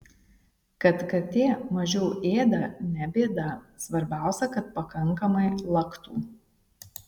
kad katė mažiau ėda ne bėda svarbiausia kad pakankamai laktų